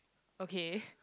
okay